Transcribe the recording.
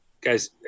Guys